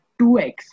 2x